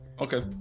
Okay